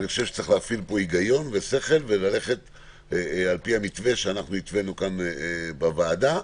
צריך להפעיל פה היגיון ושכל וללכת לפי המתווה שהתווינו כאן בוועדה.